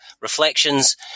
Reflections